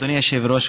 אדוני היושב-ראש,